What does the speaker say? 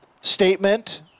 statement